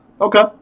Okay